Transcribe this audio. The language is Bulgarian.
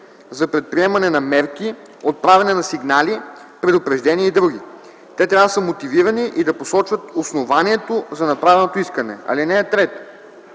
за предприемане на мерки, отправяне на сигнали, предупреждения и други. Те трябва да са мотивирани и да посочват основанието за направеното искане. (3) Информацията